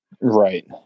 Right